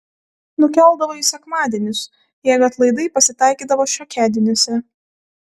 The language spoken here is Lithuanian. nukeldavo į sekmadienius jeigu atlaidai pasitaikydavo šiokiadieniuose